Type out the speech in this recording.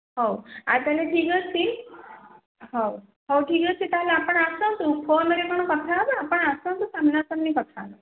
ହଉ ଆଉ ତା'ହେଲେ ଠିକ୍ ଅଛି ହଉ ହଉ ଠିକ୍ ଅଛି ତା'ହେଲେ ଆପଣ ଆସନ୍ତୁ ଫୋନ୍ରେ କ'ଣ କଥା ହେବା ଆପଣ ଆସନ୍ତୁ ସମ୍ନାସାମ୍ନି କଥା ହେବା